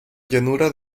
llanura